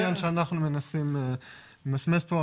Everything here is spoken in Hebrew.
זה לא עניין שאנחנו מנסים למסמס פה,